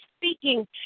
speaking